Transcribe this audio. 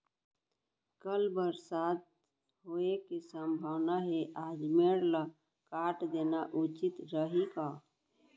कल जादा बरसात होये के सम्भावना हे, आज मेड़ ल काट देना उचित रही का?